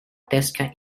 pesca